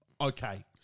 okay